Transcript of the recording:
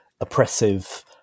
oppressive